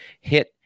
hit